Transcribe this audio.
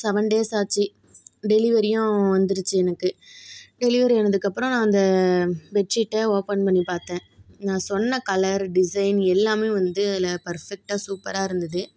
seven days ஆச்சு டெலிவெரியும் வந்துருச்சு எனக்கு டெலிவெரி ஆனதுக்கப்றம் அந்த பெட் ஷீட்டை ஓபன் பண்ணி பாத்தேன் நான் சொன்ன கலர் டிசைன் எல்லாம் வந்து அதில் பர்ஃபெக்ட்டாக சூப்பராக இருந்தது